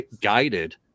guided